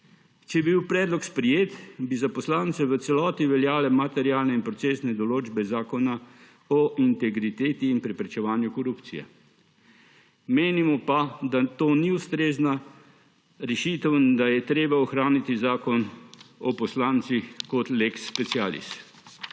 Če bi bil predlog sprejet, bi za poslance v celoti veljale materialne in procesne določbe Zakona o integriteti in preprečevanju korupcije. Menimo pa, da to ni ustrezna rešitev in da je treba ohraniti Zakon o poslancih kot lex specialis.